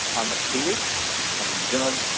um a kiwi from new zealand.